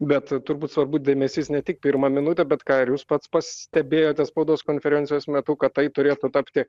bet turbūt svarbu dėmesys ne tik pirmą minutę bet ką ir jūs pats pastebėjote spaudos konferencijos metu kad tai turėtų tapti